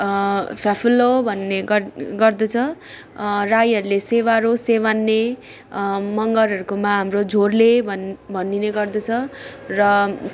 फ्याफुल्ला भन्ने गर गर्दछ राईहरूले सेवारो सेवान्ने मगरहरूकोमा हाम्रो झोर्ले भन भनिने गर्दछ र